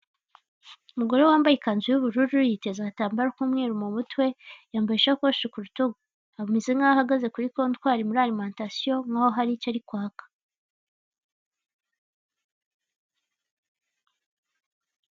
Umugore wambaye ikanzu y'ubururu yiteze agatambaro k'umweru m'umutwe yambaye isakoshi kubitugu ameze nkaho ahagaze kuri kontwari muri arimantasiyo nkaho hari icyo ari kwaka.